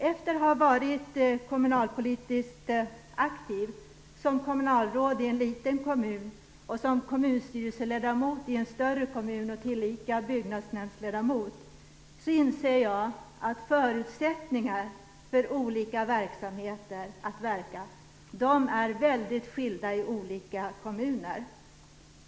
Efter att ha varit kommunalpolitiskt aktiv som kommunalråd i en liten kommun och som kommunstyrelseledamot i en större kommun och tillika byggnadsnämndsledamot inser jag att förutsättningarna för olika verksamheter är väldigt skilda i olika kommuner.